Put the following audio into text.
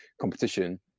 competition